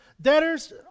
Debtors